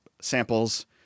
samples